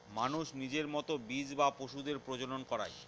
মানুষ নিজের মতো বীজ বা পশুদের প্রজনন করায়